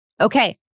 Okay